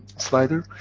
slider.